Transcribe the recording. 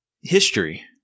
history